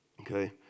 Okay